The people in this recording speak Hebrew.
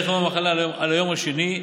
מערך יום המחלה על היום השני,